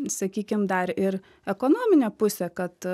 sakykim dar ir ekonominė pusė kad